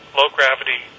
low-gravity